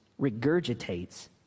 regurgitates